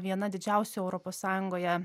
viena didžiausių europos sąjungoje